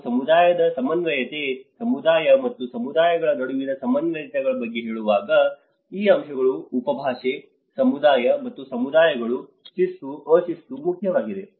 ನಾವು ಸಮುದಾಯದ ಸಮನ್ವಯತೆ ಸಮುದಾಯ ಮತ್ತು ಸಮುದಾಯಗಳ ನಡುವಿನ ಸಮನ್ವಯತೆಯ ಬಗ್ಗೆ ಹೇಳುವಾಗ ಈ ಅಂಶಗಳ ಉಪಭಾಷೆ ಸಮುದಾಯ ಮತ್ತು ಸಮುದಾಯಗಳು ಶಿಸ್ತು ಅಶಿಸ್ತು ಮುಖ್ಯವಾಗಿದೆ